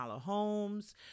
homes